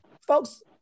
folks